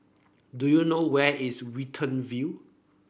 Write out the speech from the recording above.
do you know where is Watten View